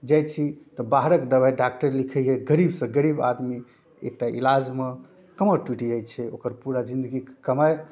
जाइ छी तऽ बाहरके दवाइ डॉक्टर लिखैए गरीबसँ गरीब आदमी एकटा इलाजमे कमर टुटि जाइ छै ओकर पूरा जिनगीके कमाइ